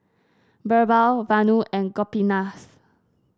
BirbaL Vanu and Gopinath